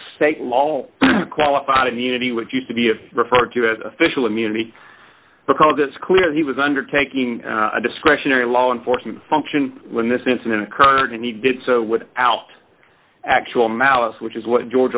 the state law qualified immunity what used to be a referred to as official immunity because it's clear he was undertaking a discretionary law enforcement function when this incident occurred and he did so with out actual malice which is what georg